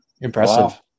Impressive